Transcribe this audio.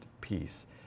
peace